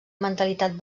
mentalitat